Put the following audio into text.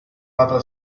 other